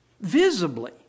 visibly